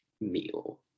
meal